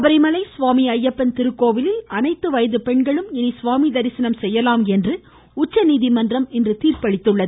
சபரிமலை சுவாமி ஜயப்பன் திருக்கோவிலில் அனைத்து வயது பெண்களும் இனி சுவாமி தரிசனம் செய்யலாம் என்று உச்சநீதிமன்றம் இன்று தீர்ப்பளித்துள்ளது